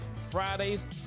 Fridays